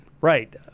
Right